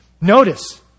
Notice